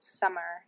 summer